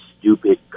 stupid